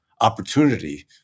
opportunity